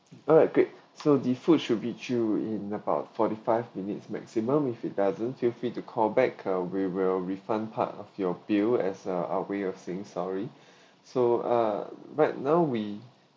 alright great so the food should reach you in about forty five minutes maximum if it doesn't feel free to call back uh we will refund part of your bill as a a way of saying sorry so uh right now we